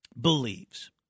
believes